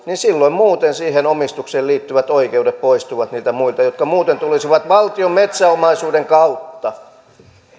niin silloin muuten siihen omistukseen liittyvät oikeudet poistuvat niiltä muilta jotka muuten tulisivat valtion metsäomaisuuden kautta